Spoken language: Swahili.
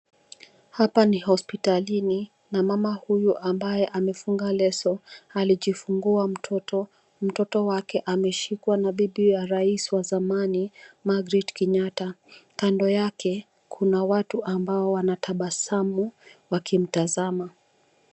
Hapa ni hospitalini, na mama huyu ambaye amefunga leso alijifungua mtoto. Mtoto wake ameshikwa na bibi wa rais wa zamani Margret Kenyatta. Kando yake, kuna watu ambao wanatabasamu wakimtazama.